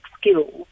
skills